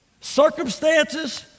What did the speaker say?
Circumstances